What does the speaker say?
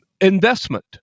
investment